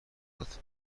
داد